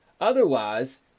Otherwise